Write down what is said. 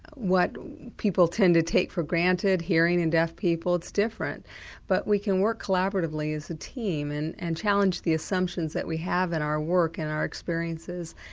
what people tend to take for granted, hearing and deaf people it's different but we can work collaboratively as a team and and challenge the assumptions that we have in our work and our experiences.